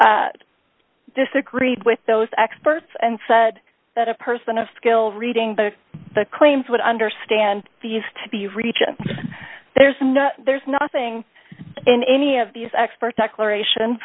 here disagreed with those experts and said that a person of skill reading but the claims would understand these to be reachin there's no there's nothing in any of these experts exploration